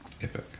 Epic